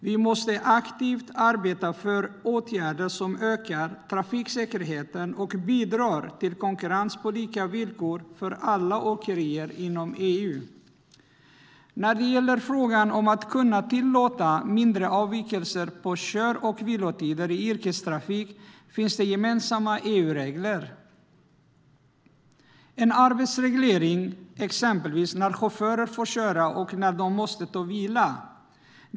Vi måste aktivt arbeta för åtgärder som ökar trafiksäkerheten och bidrar till konkurrens på lika villkor för alla åkerier inom EU. När det gäller frågan om att kunna tillåta mindre avvikelser i kör och vilotider i yrkestrafik finns det gemensamma EU-regler och en arbetsreglering, exempelvis av när chaufförer får köra och när de måste ta vila.